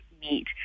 meet